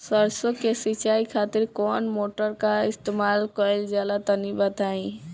सरसो के सिंचाई खातिर कौन मोटर का इस्तेमाल करल जाला तनि बताई?